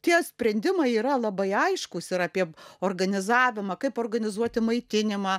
tie sprendimai yra labai aiškūs ir apie organizavimą kaip organizuoti maitinimą